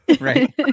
right